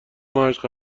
مشق